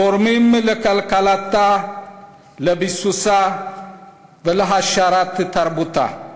תורמים לכלכלתה, לביסוסה ולהעשרת תרבותה.